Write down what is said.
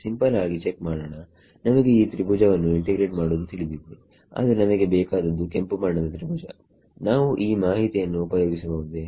simple ಆಗಿ check ಮಾಡೋಣ ನಮಗೆ ಈ ತ್ರಿಭುಜವನ್ನು ಇಂಟಿಗ್ರೇಟ್ ಮಾಡುವುದು ತಿಳಿದಿದೆಆದರೆ ನಮಗೆ ಬೇಕಾದದ್ದು ಕೆಂಪು ಬಣ್ಣದ ತ್ರಿಭುಜ ನಾವು ಈ ಮಾಹಿತಿಯನ್ನು ಉಪಯೋಗಿಸಬಹುದೇ